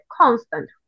constant